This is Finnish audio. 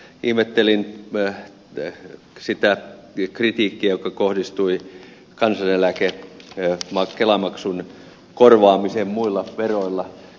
ihmettelin sitä kritiikkiä joka kohdistui kelamaksun korvaamiseen muilla veroilla